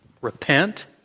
Repent